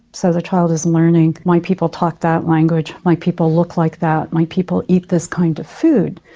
so the child is learning my people talk that language, my people look like that, my people eat this kind of food'.